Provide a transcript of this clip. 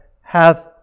hath